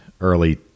early